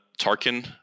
Tarkin